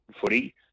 footy